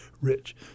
rich